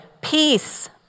peace